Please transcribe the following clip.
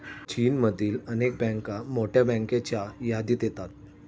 चीनमधील अनेक बँका मोठ्या बँकांच्या यादीत येतात